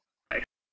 I